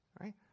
right